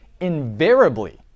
Invariably